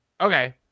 Okay